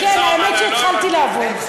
וכן, האמת שהתחלנו לעבוד.